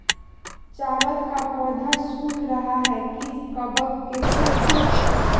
चावल का पौधा सुख रहा है किस कबक के करण?